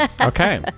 Okay